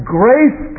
grace